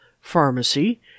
Pharmacy